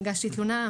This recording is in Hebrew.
הגשתי תלונה,